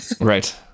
Right